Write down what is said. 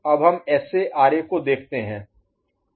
अब हम SA RA को देखते हैं